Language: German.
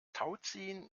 tauziehen